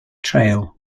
trail